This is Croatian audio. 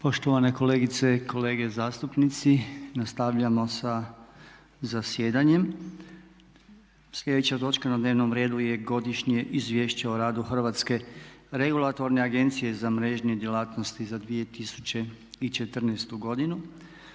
Poštovane kolegice, kolege zastupnici nastavljamo sa zasjedanjem. Sljedeća točka na dnevnom redu je - Godišnje izvješće o radu Hrvatske regulatorne agencije za mrežne djelatnosti za 2014. godinu